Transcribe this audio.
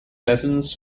lessons